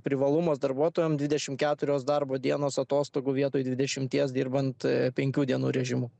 privalumas darbuotojam dvidešim keturios darbo dienos atostogų vietoj dvidešimies dirbant penkių dienų režimu